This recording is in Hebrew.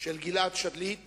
של גלעד שליט